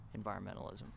environmentalism